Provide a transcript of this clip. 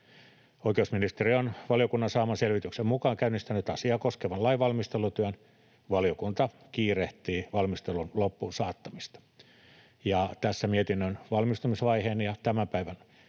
Oikeusministeriö on valiokunnan saaman selvityksen mukaan käynnistänyt asiaa koskevan lainvalmistelutyön. Valiokunta kiirehtii valmistelun loppuun saattamista. Tässä mietinnön valmistumisvaiheen ja tämän päivän